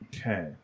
Okay